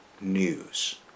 news